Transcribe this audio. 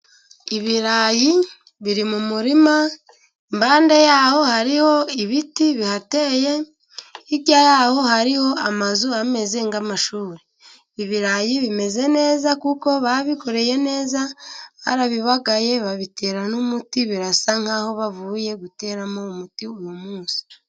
Ibirayi biri mu murima impande yaho hariho ibiti bihateye, hirya y'aho hariho amazu ameze nk'amashuri, ibirayi bimeze neza kuko babikoreye neza barabibagaye, babitera n'umuti birasa nkaho bavuye guteramo umuti uyu munsi.